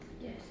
Yes